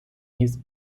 his